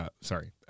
sorry